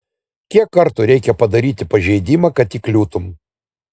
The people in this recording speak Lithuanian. kiek kartų reikia padaryti pažeidimą kad įkliūtum